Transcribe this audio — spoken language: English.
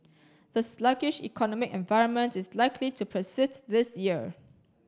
the sluggish economic environment is likely to persist this year